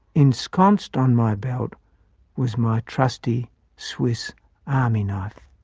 ensconced on my belt was my trusty swiss army knife.